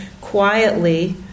quietly